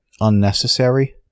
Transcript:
unnecessary